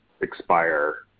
expire